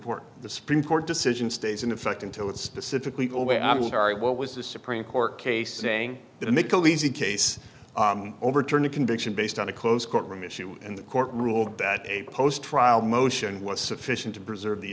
court the supreme court decision stays in effect until it specifically go away i'm sorry what was the supreme court case saying that they khaleesi case overturn a conviction based on a close courtroom issue and the court ruled that a post trial motion was sufficient to preserve the